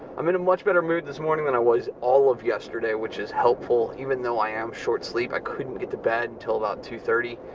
i'm in a much better mood this morning than i was all of yesterday, which is helpful, even though i am short sleep. i couldn't get to bed until about two thirty.